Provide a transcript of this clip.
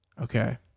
Okay